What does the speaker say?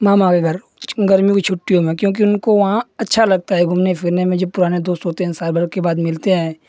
मामा के घर गर्मी की छुट्टियों में क्योंकि उनको वहाँ अच्छा लगता है घूमने फिरने में जब पुराने दोस्त होते हैं सालभर के बाद मिलते हैं